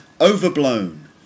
overblown